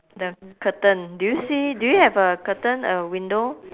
the curtain do you see do you have a curtain a window